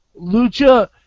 Lucha